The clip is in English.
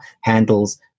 handles